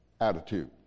attitude